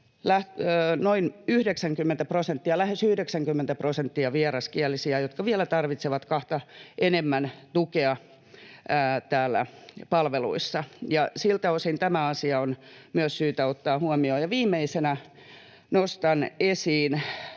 noin 90 prosenttia, lähes 90 prosenttia, on vieraskielisiä, jotka vielä tarvitsevat kahta enemmän tukea palveluissa. Ja siltä osin myös tämä asia on syytä ottaa huomioon. Viimeisenä nostan esiin